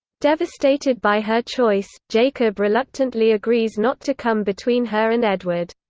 devastated by her choice, jacob reluctantly agrees not to come between her and edward.